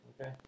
Okay